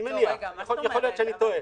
אני מניח, יכול להיות שאני טועה.